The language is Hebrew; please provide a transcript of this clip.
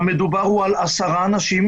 המדובר הוא על 10 אנשים,